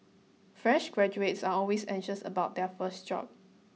fresh graduates are always anxious about their first job